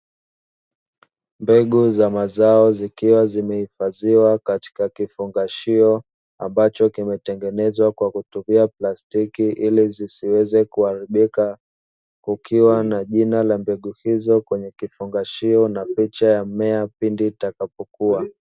Mbegu za mazao zikiwa zimeifaadhiwa katika kifungashio ambacho kimetengenezwa kwa kutumia plastiki ili zisiweze kuharibika, kukiwa na jina la mbegu hizo kwenye kifungashio na picha ya mmea pindi itakapokua.